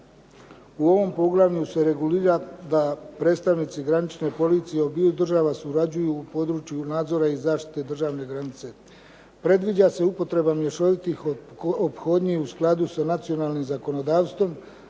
U ovom poglavlju se regulira da predstavnici granične policije obiju država surađuju u području nadzora i zaštite državne granice. Predviđa se upotreba mješovitih ophodnji u skladu sa nacionalnim zakonodavstvom,